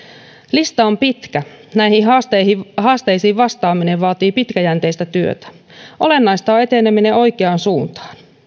lista on pitkä näihin haasteisiin haasteisiin vastaaminen vaatii pitkäjänteistä työtä olennaista on eteneminen oikeaan suuntaan